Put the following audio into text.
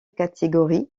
catégorie